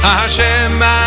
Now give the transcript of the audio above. Hashem